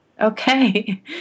okay